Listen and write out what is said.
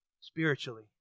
spiritually